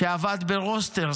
שעבד ברוסטרס,